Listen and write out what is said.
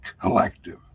collective